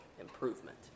improvement